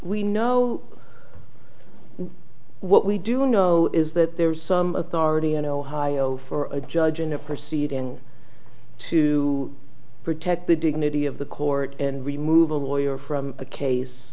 we know what we do know is that there is some authority in ohio for a judge in a proceed in to protect the dignity of the court and remove a lawyer from a case